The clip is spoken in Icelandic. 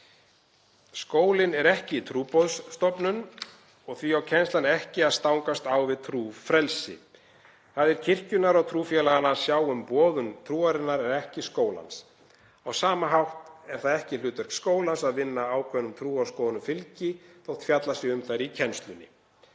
Skólinn er ekki trúboðsstofnun og því á kennslan ekki að stangast á við trúfrelsi. Það er kirkjunnar og trúfélaganna að sjá um boðun trúarinnar en ekki skólans. Á sama hátt er það ekki hlutverk skólans að vinna ákveðnum trúarskoðunum fylgi þótt fjallað sé um þær í kennslunni.